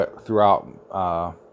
throughout